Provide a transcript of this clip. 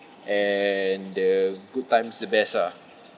and the good times the best ah